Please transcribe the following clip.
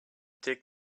dig